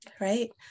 right